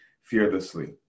fearlessly